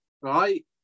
right